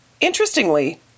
Interestingly